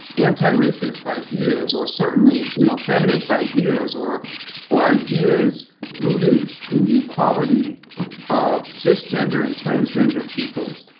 antiracist ideas, or certainly, you know, feminist ideas, or or ideas rooted in the quality of cis gender and transgender people,